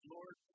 Lord